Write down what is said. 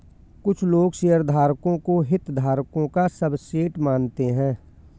कुछ लोग शेयरधारकों को हितधारकों का सबसेट मानते हैं